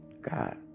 God